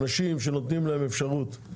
אנשים שנותנים להם אפשרות,